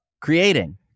creating